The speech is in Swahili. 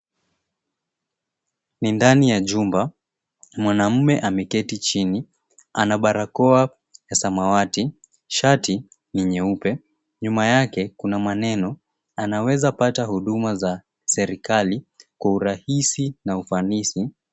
Ni ndani ya jumba, mwanamme amiketi chini. Ana barakoa ya samawati. Shati ni nyeupe, nyuma yake kuna maneno, anaweza pata huduma za serikali kwa urahisi na ufanisi.